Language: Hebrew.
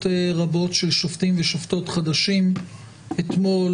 רבות של שופטים ושופטות חדשים אתמול,